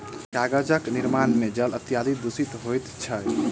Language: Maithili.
कागजक निर्माण मे जल अत्यधिक दुषित होइत छै